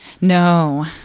No